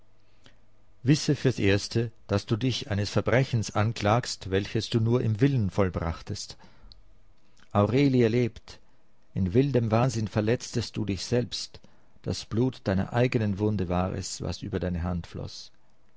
wisse fürs erste daß du dich eines verbrechens anklagst welches du nur im willen vollbrachtest aurelie lebt in wildem wahnsinn verletztest du dich selbst das blut deiner eigenen wunde war es was über deine hand floß